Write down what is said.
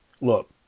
Look